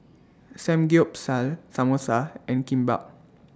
Samgeyopsal Samosa and Kimbap